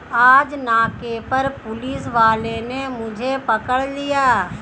आज नाके पर पुलिस वाले ने मुझे पकड़ लिया